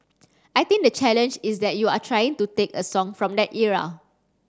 I think the challenge is that you are trying to take a song from that era